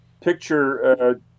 picture